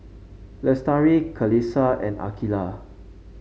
Lestari Qalisha and Aqilah